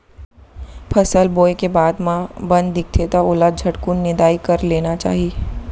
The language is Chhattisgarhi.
फसल बोए के बाद म बन दिखथे त ओला झटकुन निंदाई कर लेना चाही